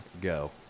go